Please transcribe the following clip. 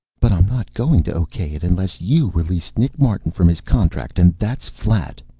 but i'm not going to okay it unless you release nick martin from his contract, and that's flat.